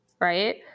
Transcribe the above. right